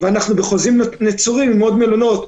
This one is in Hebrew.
ואנחנו בחוזים נצורים עם עוד מלונות.